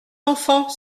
enfants